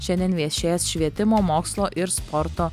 šiandien viešės švietimo mokslo ir sporto